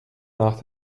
nach